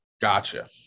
Gotcha